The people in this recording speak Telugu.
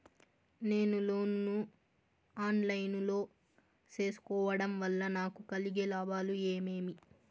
నేను లోను ను ఆన్ లైను లో సేసుకోవడం వల్ల నాకు కలిగే లాభాలు ఏమేమీ?